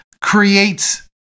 creates